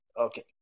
Okay